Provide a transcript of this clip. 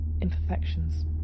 imperfections